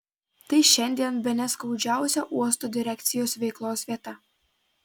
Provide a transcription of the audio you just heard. tai šiandien bene skaudžiausia uosto direkcijos veiklos vieta